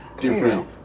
different